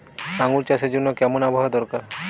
আঙ্গুর চাষের জন্য কেমন আবহাওয়া দরকার?